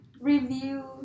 review